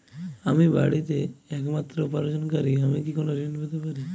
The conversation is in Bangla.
আমি বাড়িতে একমাত্র উপার্জনকারী আমি কি কোনো ঋণ পেতে পারি?